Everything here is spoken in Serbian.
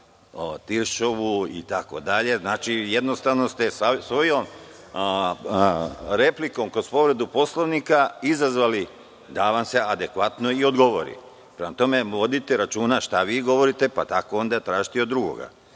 Tiršovu, itd. Znači, jednostavno ste svojom replikom kroz povredu Poslovnika izazvali da vam se adekvatno i odgovori. Prema tome, vodite računa šta vi govorite, pa tako onda tražite i od drugoga. Možete